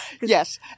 yes